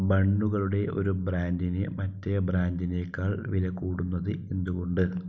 ബണ്ണുകളുടെ ഒരു ബ്രാൻഡിന് മറ്റേ ബ്രാൻഡിനേക്കാൾ വിലകൂടുന്നത് എന്തുകൊണ്ട്